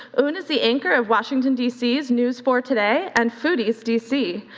un is the anchor of washington, dc's new for today and foodie's dc,